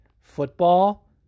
football